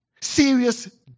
Serious